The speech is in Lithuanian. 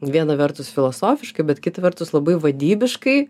viena vertus filosofiškai bet kita vertus labai vadybiškai